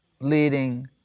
leading